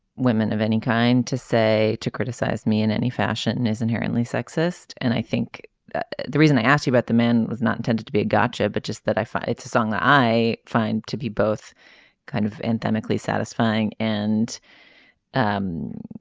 women of any kind to say to criticize me in any fashion is inherently sexist and i think that the reason i ask you about the men was not intended to be a gotcha but just that i find it's a song that i find to be both kind of anthemic satisfying and um